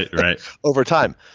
right over time.